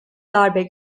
darbe